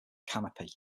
canopy